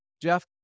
Jeff